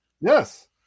Yes